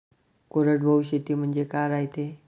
कोरडवाहू शेती म्हनजे का रायते?